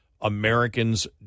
Americans